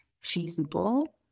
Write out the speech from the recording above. feasible